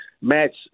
match